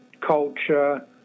culture